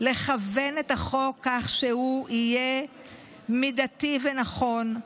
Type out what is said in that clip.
לכוון את החוק כך שהוא יהיה מידתי ונכון,